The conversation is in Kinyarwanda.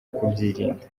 kubyirinda